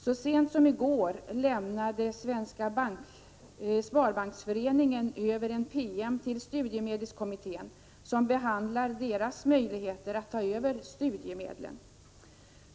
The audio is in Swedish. Så sent som i går lämnade Svenska sparbanksföreningen över en PM till studiemedelskommittén, som handlar om bankernas möjligheter att ta över studiemedlen.